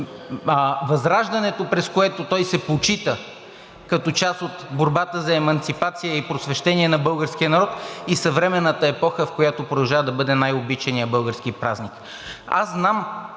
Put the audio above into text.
Възраждането, през което той се почита като част от борбата за еманципация и просвещение на българския народ, и съвременната епоха, в която продължава да бъде най-обичаният български празник.